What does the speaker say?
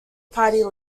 party